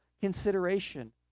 consideration